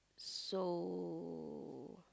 so